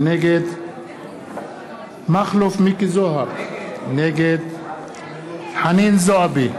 נגד מכלוף מיקי זוהר, נגד חנין זועבי,